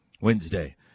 Wednesday